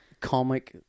comic